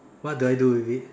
what do I do with it